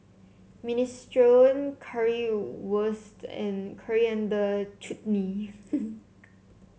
Minestrone Currywurst and Coriander Chutney